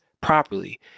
properly